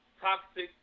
toxic